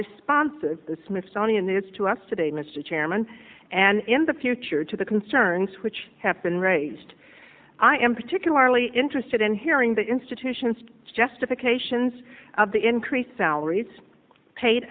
responsive the smithsonian is to us today mr chairman and in the future to the concerns which have been raised i am particularly interested in hearing the institutions justifications of the increased salaries paid